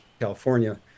California